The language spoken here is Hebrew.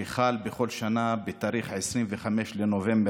שחל בכל שנה ב-25 בנובמבר,